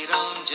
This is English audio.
Ram